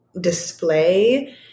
Display